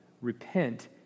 repent